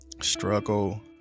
Struggle